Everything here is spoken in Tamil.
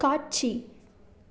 காட்சி